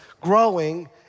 growing